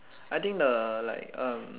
I think the like uh